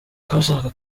twashakaga